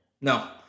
No